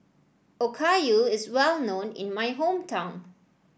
Okayu is well known in my hometown